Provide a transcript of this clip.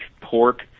pork